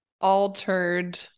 altered